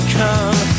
come